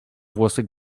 włosy